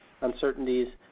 uncertainties